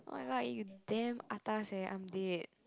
oh-my-god you damn atas eh i'm dead